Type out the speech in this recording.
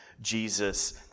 Jesus